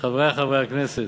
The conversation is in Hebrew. חברי חברי הכנסת,